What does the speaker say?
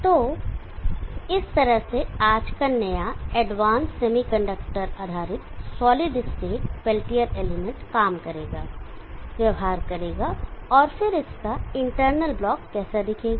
तो इस तरह से आज का नया एडवांसड सेमीकंडक्टर आधारित सॉलि़ड स्टेट पेल्टियर एलिमेंट काम करेगा व्यवहार करेगा और फिर इसका इंटरनल ब्लॉक कैसा दिखेगा